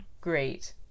great